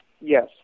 Yes